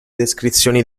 descrizioni